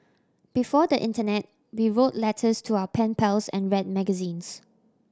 before the internet we wrote letters to our pen pals and read magazines